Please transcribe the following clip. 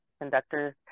conductors